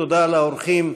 ותודה לאורחים,